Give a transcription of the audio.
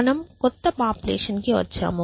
మనము కొత్త పాపులేషన్ కి వచ్చాము